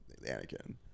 Anakin